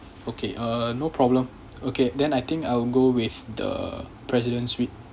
okay uh no problem okay then I think I will go with the president suite